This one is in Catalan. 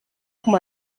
com